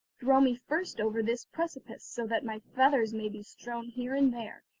throw me first over this precipice, so that my feathers may be strewn here and there,